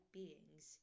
beings